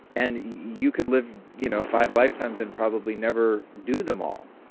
and you could live you know five lifetimes and probably never do them all,